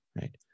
right